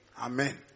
Amen